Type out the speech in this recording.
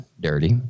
Dirty